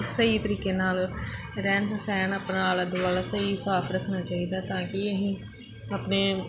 ਸਹੀ ਤਰੀਕੇ ਨਾਲ ਰਹਿਣ ਸਹਿਣ ਆਪਣਾ ਆਲਾ ਦੁਆਲਾ ਸਹੀ ਸਾਫ ਰੱਖਣਾ ਚਾਹੀਦਾ ਤਾਂ ਕਿ ਅਸੀਂ ਆਪਣੇ